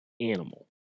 animal